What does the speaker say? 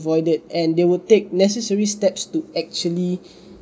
avoided and they will take necessary steps to actually